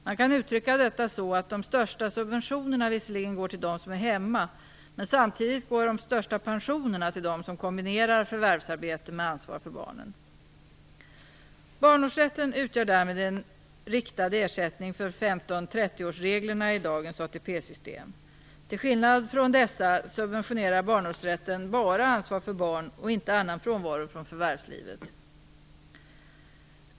Man kan uttrycka detta så att de största subventionerna visserligen går till dem som är hemma, men samtidigt går de största pensionerna till dem som kombinerar förvärvsarbete med ansvar för barnen. Barnårsrätten utgör därmed en riktad ersättning för 15 och 30-årsreglerna i dagens ATP-system. Till skillnad från dessa subventionerar barnårsrätten bara ansvar för barn och inte annan frånvaro från förvärvslivet.